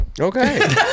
Okay